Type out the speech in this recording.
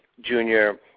Junior